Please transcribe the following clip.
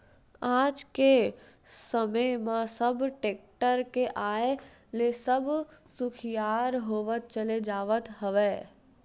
आज के समे म सब टेक्टर के आय ले अब सुखियार होवत चले जावत हवय